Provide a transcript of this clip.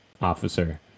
officer